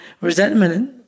resentment